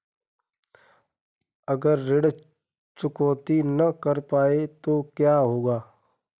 अगर ऋण चुकौती न कर पाए तो क्या होगा?